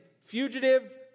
fugitive